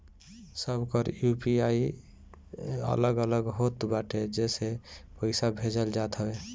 सबकर यू.पी.आई अलग अलग होत बाटे जेसे पईसा भेजल जात हवे